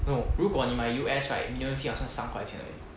no 如果你买 U_S right minimum fee 好像三块钱而已